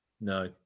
No